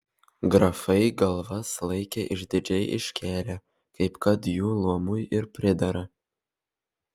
grafai galvas laikė išdidžiai iškėlę kaip kad jų luomui ir pridera